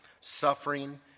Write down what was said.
suffering